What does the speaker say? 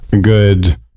good